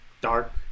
dark